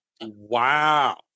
Wow